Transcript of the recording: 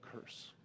curse